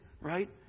right